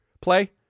play